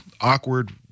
awkward